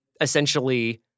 essentially